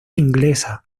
inglesa